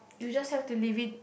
you just have to live it